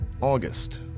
August